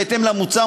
בהתאם למוצע,